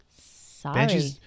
Sorry